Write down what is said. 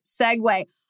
segue